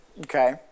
Okay